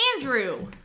Andrew